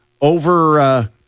over